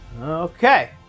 Okay